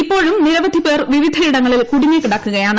ഇപ്പോഴും നിരവധി പേർ വിവിധയിടങ്ങളിൽ കുടുങ്ങിക്കിടക്കുകയാണ്